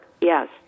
Yes